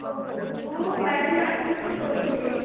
ଓହୋ ମୁଁ ବାଲମି ଲଟ୍ରିକ୍ସରୁ କହୁଥିଲି